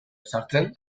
ezartzen